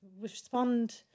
respond